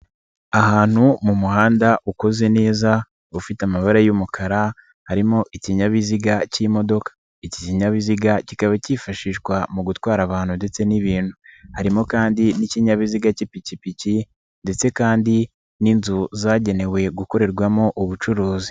Ahantu mu muhanda ukoze neza ufite amabara y'umukara harimo ikinyabiziga cy'imodoka, iki kinyabiziga kikaba cyifashishwa mu gutwara abantu ndetse n'ibintu, harimo kandi n'ikinyabiziga cy'ipikipiki ndetse kandi n'inzu zagenewe gukorerwamo ubucuruzi.